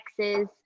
Texas